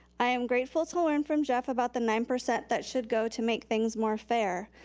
i am grateful to learn from jeff about the nine percent that should go to make things more fair.